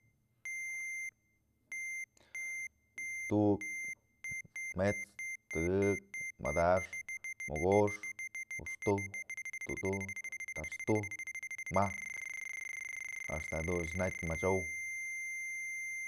Tu'uk, met'sk, tëkëk, madaxk, mokoxk, juxtujkë. tudujk, taxtujk, majk, axta jadun jatyë mochow.